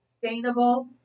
sustainable